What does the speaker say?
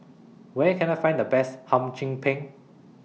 Where Can I Find The Best Hum Chim Peng